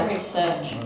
research